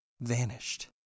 Vanished